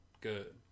good